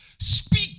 speak